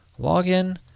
login